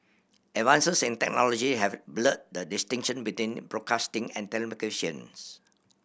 advances in technology have blurred the distinction between broadcasting and telecommunications